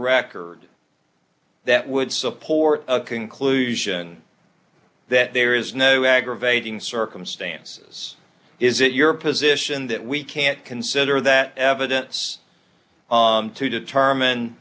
record that would support a conclusion that there is no aggravating circumstances is it your position that we can't consider that evidence on to determine